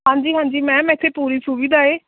ਹਾਂਜੀ ਹਾਂਜੀ ਮੈਮ ਇੱਥੇ ਪੂਰੀ ਸੁਵਿਧਾ ਹੈ